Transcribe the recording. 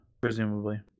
Presumably